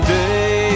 day